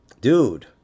dude